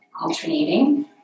alternating